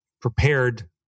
prepared